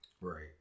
Right